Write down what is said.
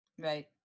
Right